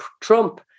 Trump